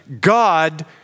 God